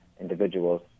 individuals